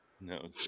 No